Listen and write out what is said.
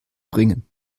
bringen